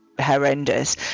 horrendous